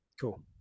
cool